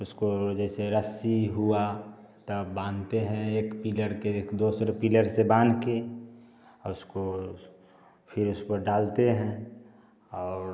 उसको जैसे रस्सी हुआ तब बाँधते हैं एक पिलर के एक दूसरे पिलर से बाँध के उसको फिर उस पर डालते हैं और